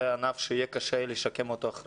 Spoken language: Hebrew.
זה ענף שיהיה קשה לשקם אותו.